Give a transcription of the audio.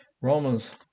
Romans